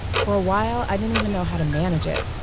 for a while, i didn't even know how to manage it.